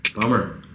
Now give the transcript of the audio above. Bummer